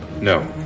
No